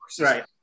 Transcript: Right